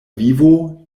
vivo